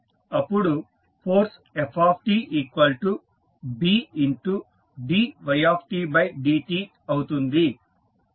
అప్పుడు force ftBdydt అవుతుంది